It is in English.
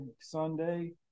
sunday